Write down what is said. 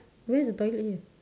where's the toilet here